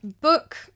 book